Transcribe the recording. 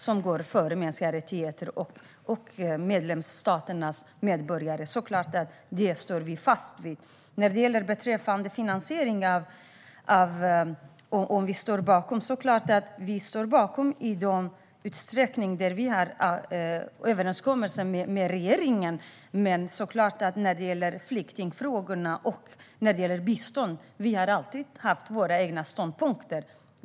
Detta går före mänskliga rättigheter och medlemsstaternas medborgare. Vi står såklart fast vid våra åsikter. Beträffande finansieringen och om vi står bakom detta gör vi såklart det i den utsträckning där vi har överenskommelser med regeringen. Men när det gäller flyktingfrågorna och biståndet har vi i Vänsterpartiet alltid haft våra egna ståndpunkter.